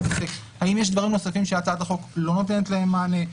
האם יש דברים נוספים שהצעת החוק לא נותנת להם מענה?